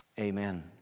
Amen